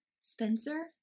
Spencer